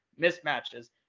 mismatches